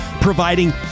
Providing